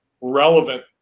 relevant